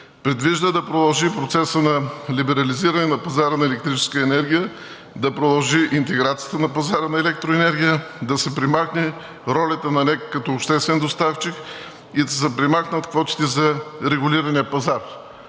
предвижда да продължи процесът на либерализиране на пазара на електрическа енергия, да продължи интеграцията на пазара на електроенергия, да се премахне ролята на НЕК като обществен доставчик и да се премахнат квотите за регулирания пазар.